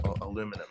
aluminum